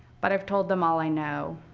but i've told them all i know.